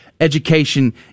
education